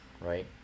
Right